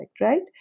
right